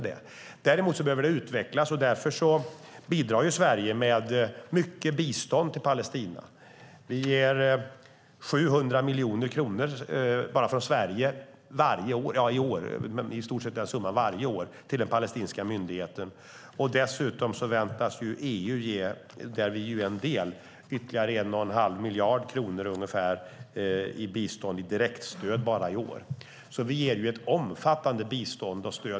Däremot behöver det utvecklas, och därför bidrar Sverige med mycket bistånd till Palestina. Vi ger 700 miljoner kronor till den palestinska myndigheten från Sverige i år och i stort sett samma summa varje år. Dessutom förväntas EU, där vi är en del, ge ytterligare ungefär en och en halv miljard kronor i bistånd i direktstöd bara i år. Vi ger alltså ett omfattande bistånd och stöd.